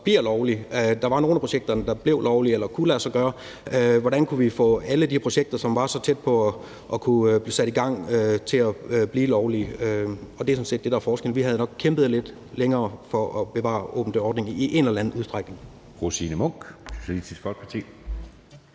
bliver lovlig? Der var nogle af projekterne, der blev lovlige, eller som kunne lade sig gøre, og hvordan kunne vi få alle de projekter, som var så tæt på at kunne blive sat i gang, til at blive lovlige. Det er sådan set det, der er forskellen. Vi havde nok kæmpet lidt længere for at bevare åben dør-ordningen i en eller anden udstrækning.